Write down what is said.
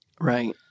right